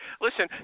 Listen